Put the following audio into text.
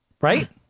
right